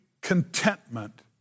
contentment